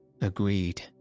Agreed